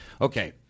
Okay